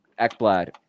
Ekblad